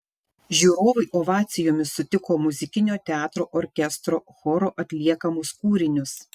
žiūrovai ovacijomis sutiko muzikinio teatro orkestro choro atliekamus kūrinius